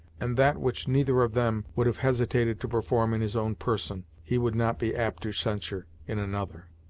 and that which neither of them would have hesitated to perform in his own person, he would not be apt to censure in another.